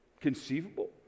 conceivable